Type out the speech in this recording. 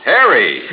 Harry